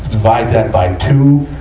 divide that by two,